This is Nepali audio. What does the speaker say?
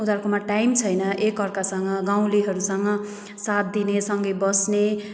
उनीहरूको टाइम छैन एक अर्कासँग गाउँलेहरूसँग साथ दिने सँगै बस्ने